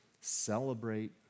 Celebrate